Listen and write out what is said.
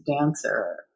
dancer